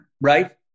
right